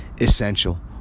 essential